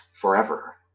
forever